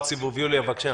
יוליה מלינובסקי, בבקשה.